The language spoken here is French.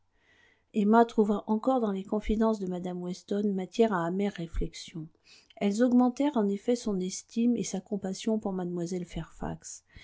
emma trouva encore dans les confidences de mme weston matière à amères réflexions elles augmentèrent en effet son estime et sa compassion pour mlle fairfax